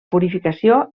purificació